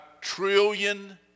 trillion